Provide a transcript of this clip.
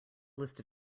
list